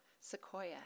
Sequoia